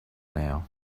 now